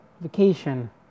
vacation